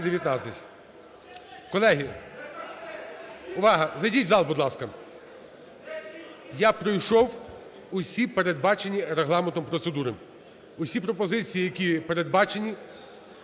Колеги, увага! Зайдіть в зал, будь ласка. Я пройшов усі передбачені регламентом процедури, усі пропозиції, які передбачені,